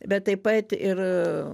bet taip pat ir